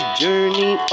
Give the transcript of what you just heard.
journey